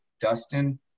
Dustin